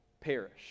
perish